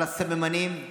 על הסממנים.